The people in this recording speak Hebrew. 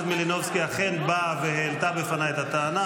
מלינובסקי אכן באה והעלתה בפניי את הטענה.